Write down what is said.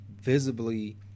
visibly